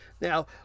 Now